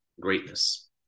greatness